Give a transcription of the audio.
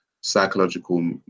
psychological